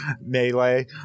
melee